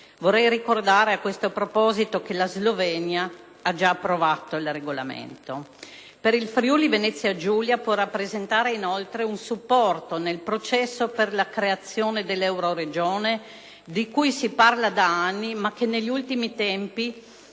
Vorrei ricordare, a questo proposito, che la Slovenia ha già approvato il regolamento, che per il Friuli-Venezia Giulia può rappresentare inoltre un supporto nel processo per la creazione dell'euroregione - di cui si parla da anni, ma che negli ultimi tempi